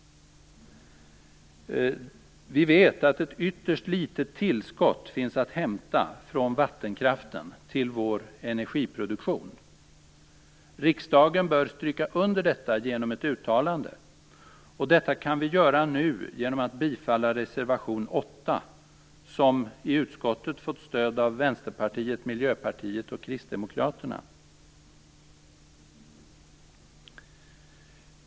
Vi vet att ett ytterst litet tillskott finns att hämta från vattenkraften till vår energiproduktion. Riksdagen bör stryka under detta genom ett uttalande. Detta kan vi göra nu genom att bifalla reservation 8, som i utskottet fått stöd av Vänsterpartiet, Miljöpartiet och Kristdemokraterna.